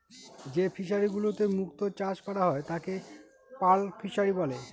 যে ফিশারিগুলোতে মুক্ত চাষ করা হয় তাকে পার্ল ফিসারী বলে